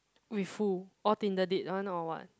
with who oh Tinder date one on one